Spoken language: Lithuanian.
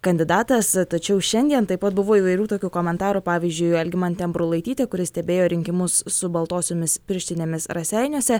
kandidatas tačiau šiandien taip pat buvo įvairių tokių komentarų pavyzdžiui algimantė ambrulaitytė kuri stebėjo rinkimus su baltosiomis pirštinėmis raseiniuose